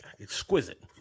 exquisite